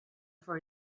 for